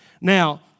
Now